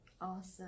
Awesome